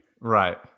right